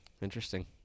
Interesting